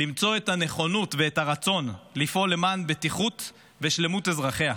למצוא את הנכונות ואת הרצון לפעול למען בטיחות ושלמות אזרחיה.